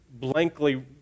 blankly